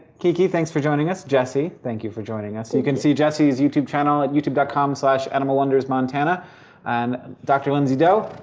kiki, thanks for joining us. jessi, thank you for joining us. you can see jessi's youtube channel at youtube dot com slash animalwondersmontana and dr lindsey doe,